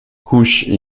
couches